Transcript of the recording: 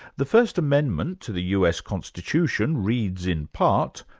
the first amendment to the us constitution reads in part,